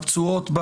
לפצועות,